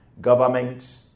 government